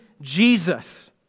Jesus